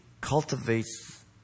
cultivates